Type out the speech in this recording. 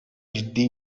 ciddi